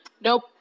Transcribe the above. Nope